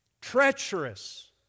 treacherous